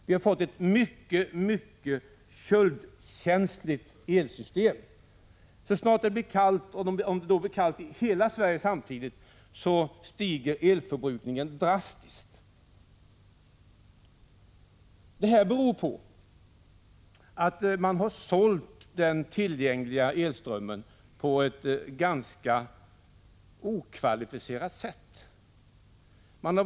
Vi har fått ett mycket köldkänsligt elsystem. Så snart det blir kallt, och om det dessutom gäller för hela Sverige samtidigt, stiger elförbrukningen drastiskt. Detta beror på att man har sålt den tillgängliga elströmmen på ett ganska okvalificerat sätt.